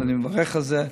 ואני מברך על זה.